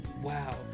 Wow